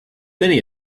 many